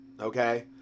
Okay